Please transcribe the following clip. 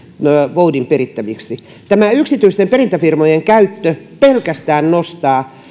voudin perittäviksi yksityisten perintäfirmojen käyttö pelkästään nostaa